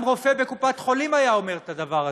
וגם רופא בקופת חולים היה אומר את הדבר הזה,